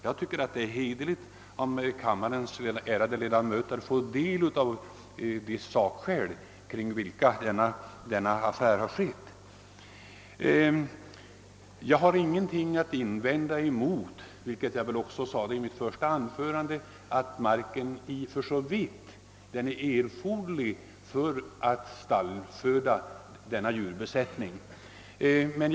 Jag tycker det är hederligt att låta kammarens ärade ledamöter få del av sakskälen kring denna affär. Som jag sade redan i mitt första anförande har jag ingenting att invända emot markförvärvet försåvitt marken är erforderlig för att stallföda djurbesättningen.